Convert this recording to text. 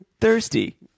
thirsty